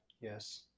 Yes